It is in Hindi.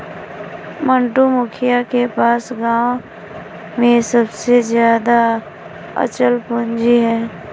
मंटू, मुखिया के पास गांव में सबसे ज्यादा अचल पूंजी है